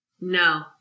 No